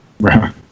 Right